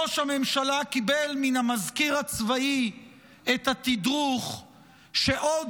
ראש הממשלה קיבל מן המזכיר הצבאי את התדרוך שעוד